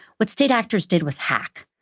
what state actors did was hack.